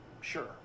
sure